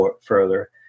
further